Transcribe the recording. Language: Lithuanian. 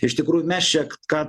iš tikrųjų mes čia ką